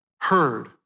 heard